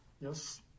Yes